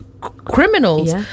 criminals